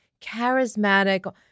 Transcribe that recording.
charismatic